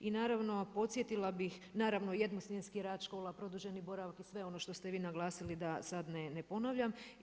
I naravno, podsjetila bih, naravno jednosmjenski rad škola, produženi boravak i sve ono što ste vi naglasili da sad ne ponavljam.